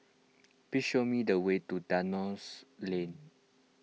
please show me the way to Dalhousie Lane